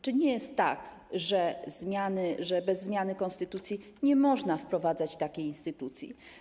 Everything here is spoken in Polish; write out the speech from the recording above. Czy nie jest tak, że bez zmiany konstytucji nie można wprowadzać takiej instytucji?